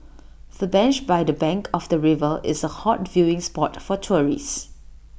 the bench by the bank of the river is A hot viewing spot for tourists